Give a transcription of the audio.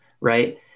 right